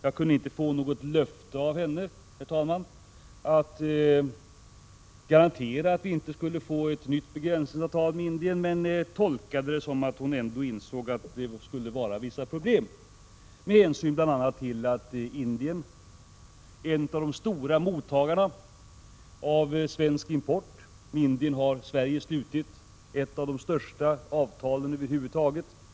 Jag kunde inte få något löfte av henne om garantier för att vi inte skall få ett nytt begränsningsavtal med tiden. Jag tolkar det ändå som att hon insåg att ett sådant avtal skulle medföra vissa problem, bl.a. med hänsyn till att Indien är en av de stora mottagarna av svensk import. Med Indien har Sverige slutit ett av de allra största avtalen.